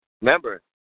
Remember